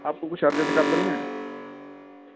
آپ کو کچھ ارجینٹ کام تو نہیں ہے